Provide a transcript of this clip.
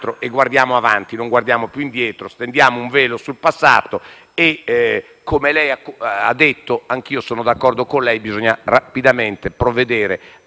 Come lei ha detto - e io sono d'accordo con lei - bisogna rapidamente provvedere all'indicazione di un altro ambasciatore. **Saluto